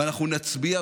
ואנחנו נצביע,